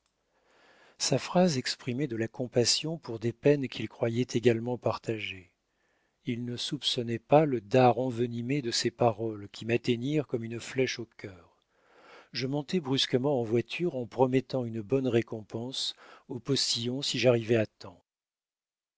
sa phrase exprimait de la compassion pour des peines qu'il croyait également partagées il ne soupçonnait pas le dard envenimé de ses paroles qui m'atteignirent comme une flèche au cœur je montai brusquement en voiture en promettant une bonne récompense au postillon si j'arrivais à temps